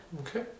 okay